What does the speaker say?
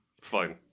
fine